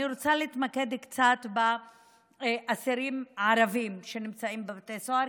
אני רוצה להתמקד קצת באסירים הערבים שנמצאים בבתי הסוהר,